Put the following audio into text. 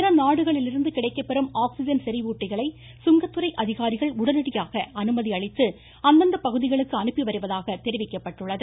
பிற நாடுகளிலிருந்து கிடைக்கப்பெறும் ஆக்ஸிஜன் செறிவூட்டிகளை சுங்கத்துறை அதிகாரிகள் உடனடியாக அனுமதி அளித்து அந்தந்த பகுதிகளுக்கு அனுப்பிவருவதாக தெரிவித்துள்ளது